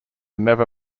never